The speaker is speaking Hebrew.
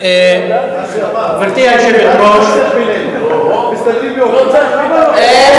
חבר הכנסת יריב לוין.